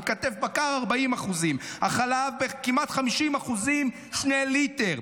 כתף בקר עלתה ב- 40%; החלב עלה בכמעט 50% שני ליטר,